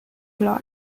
lot